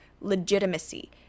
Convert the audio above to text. legitimacy